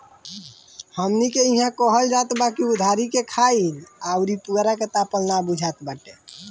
हमनी के इहां कहल जात बा की उधारी के खाईल अउरी पुअरा के तापल ना बुझात बाटे